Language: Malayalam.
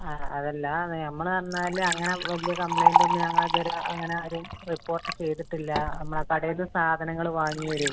ആ അതല്ല അത് നമ്മൾ എന്നാല് അങ്ങനെ വലിയ കമ്പ്ളെയ്ൻറ്റൊന്നും ഞങ്ങളിതു വരെ അങ്ങനെ ആരും റിപ്പോട്ട് ചെയ്തിട്ടില്ല നമ്മളുടെ കടയിൽ നിന്ന് സാധനങ്ങള് വാങ്ങിയവര്